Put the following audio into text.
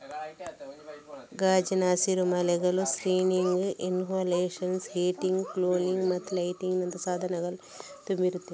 ಗಾಜಿನ ಹಸಿರುಮನೆಗಳು ಸ್ಕ್ರೀನಿಂಗ್ ಇನ್ಸ್ಟಾಲೇಶನುಳು, ಹೀಟಿಂಗ್, ಕೂಲಿಂಗ್ ಮತ್ತು ಲೈಟಿಂಗಿನಂತಹ ಸಾಧನಗಳಿಂದ ತುಂಬಿರುತ್ತವೆ